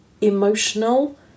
emotional